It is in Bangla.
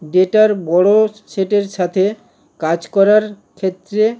ডেটার বড়ো সেটের সাথে কাজ করার ক্ষেত্রে